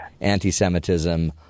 anti-Semitism